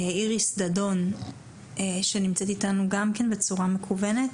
איריס דורון שנמצאת איתנו גם כן בצורה מקוונת,